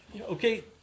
Okay